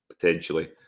potentially